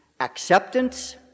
acceptance